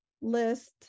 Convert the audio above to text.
list